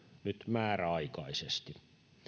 nyt määräaikaisesti